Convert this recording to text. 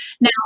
Now